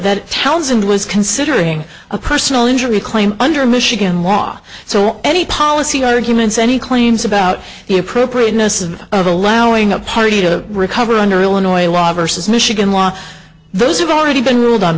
that townsend was considering a personal injury claim under michigan law so any policy arguments any claims about the appropriateness of allowing a party to recover under illinois law versus michigan law those have already been ruled on